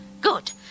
Good